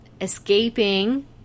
escaping